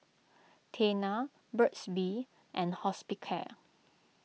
Tena Burt's Bee and Hospicare